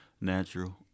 natural